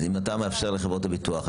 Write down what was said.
אז אם אתה מאפשר לחברות הביטוח,